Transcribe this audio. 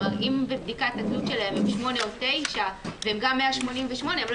אם בבדיקת התלות שלהם הם 8 9 וגם 188% הם לא